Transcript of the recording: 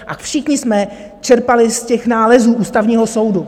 A všichni jsme čerpali z nálezů Ústavního soudu.